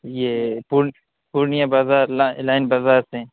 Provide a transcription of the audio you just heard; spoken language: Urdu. جی پورنیہ بازار لائن بازار سے